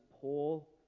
Paul